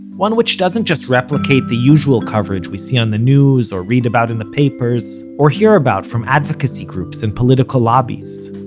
one which doesn't just replicate the usual coverage we see on the news or read about in the papers, or hear about from advocacy groups and political lobbies.